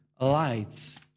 lights